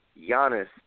Giannis